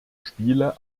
spiele